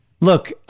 look